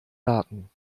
daten